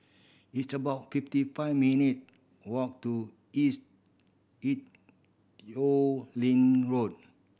it's about fifty five minute walk to East Ee Teow Leng Road